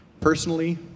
personally